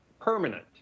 permanent